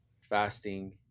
fasting